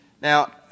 Now